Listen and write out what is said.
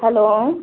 hello